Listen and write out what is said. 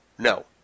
No